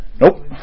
Nope